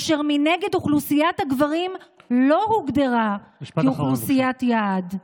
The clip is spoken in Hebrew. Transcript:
ומנגד אוכלוסיית הגברים לא הוגדרה כאוכלוסיית יעד.